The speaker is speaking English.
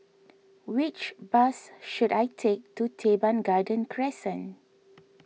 which bus should I take to Teban Garden Crescent